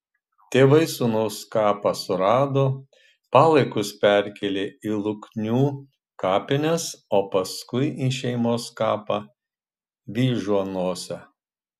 tėvai sūnaus kapą surado palaikus perkėlė į luknių kapines o paskui į šeimos kapą vyžuonose